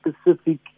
specific